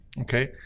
Okay